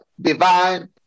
divine